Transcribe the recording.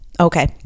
Okay